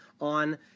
on